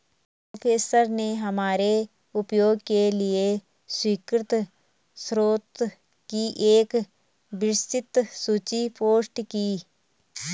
professor ने हमारे उपयोग के लिए स्वीकृत स्रोतों की एक विस्तृत सूची पोस्ट की